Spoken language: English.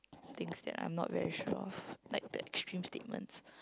things that I'm not very sure of like the extreme statements